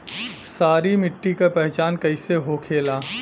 सारी मिट्टी का पहचान कैसे होखेला?